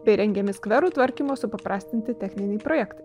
bei rengiami skverų tvarkymo supaprastinti techninį projektą